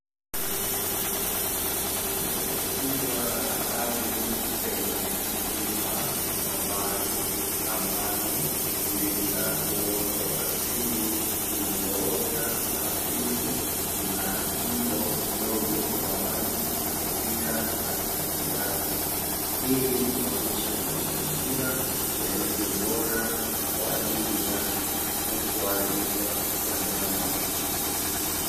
Bonde kubwa la ardhi, lenye milima kwa mbali ambalo lina uoto wa asili uliyoota hafifu na mto mdogo wa maji kupita katikati yake. Hii inaonyesha mazingira yalivyobora kwa ajili ya ukuaji wa wanyama.